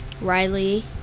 Riley